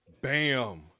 Bam